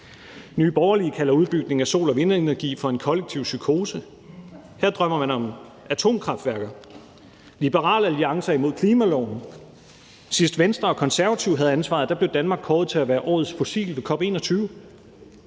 Nye Borgerlige kalder udbygningen af sol- og vindenergi for en kollektiv psykose; her drømmer man om atomkraftværker. Liberal Alliance er imod klimaloven. Sidst Venstre og Konservative havde ansvaret, blev Danmark kåret til at være dagens fossil – fossil